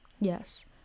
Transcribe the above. Yes